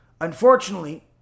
unfortunately